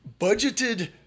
budgeted